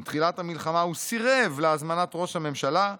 עם תחילת המלחמה הוא סירב להזמנת ראש הממשלה,